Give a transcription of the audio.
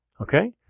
okay